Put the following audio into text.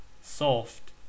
soft